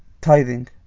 tithing